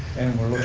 and we're